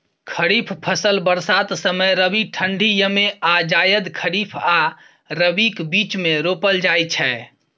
खरीफ फसल बरसात समय, रबी ठंढी यमे आ जाएद खरीफ आ रबीक बीचमे रोपल जाइ छै